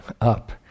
up